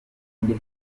undi